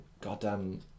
goddamn